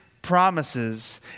Promises